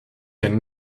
den